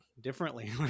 differently